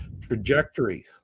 trajectory